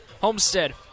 Homestead